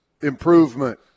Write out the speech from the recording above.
improvement